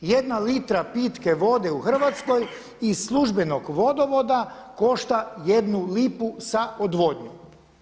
Jedna litra pitke vode u Hrvatskoj iz službenog vodovoda košta 1 lipu sa odvodnjom.